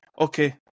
okay